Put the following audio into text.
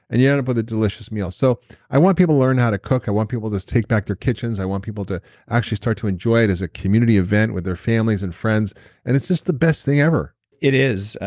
and you end up with a delicious meal so i want people to learn how to cook. i want people to take back their kitchens. i want people to actually start to enjoy it as a community event with their families and friends and it's just the best thing ever it is.